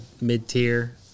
mid-tier